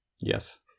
yes